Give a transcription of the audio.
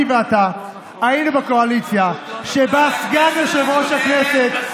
אני ואתה היינו בקואליציה שבה סגן יושב-ראש הכנסת,